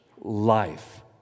life